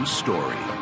story